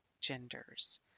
genders